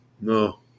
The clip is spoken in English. No